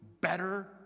better